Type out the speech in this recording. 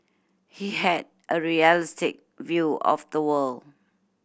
he had a realistic view of the world